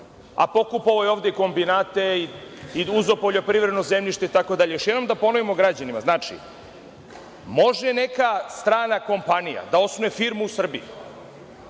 a pokupovao je ovde i kombinate i uzeo poljoprivredno zemljište itd? Još jednom da ponovimo građanima, može neka strana kompanija da osnuje firmu u Srbiji